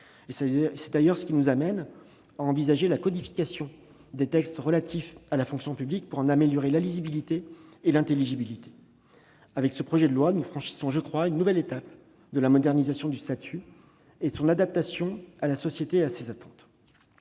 C'est d'ailleurs ce qui nous amène à envisager la codification des textes relatifs à la fonction publique pour en améliorer la lisibilité et l'intelligibilité. Avec ce projet de loi, nous franchissons, je pense, une nouvelle étape de la modernisation du statut et de son adaptation à la société et à ses attentes.